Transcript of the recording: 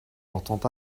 portant